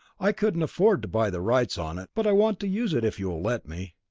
i couldn't afford to buy the rights on it, but i want to use it if you'll let me.